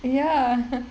ya